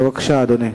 בבקשה, אדוני.